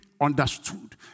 understood